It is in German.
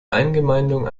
eingemeindung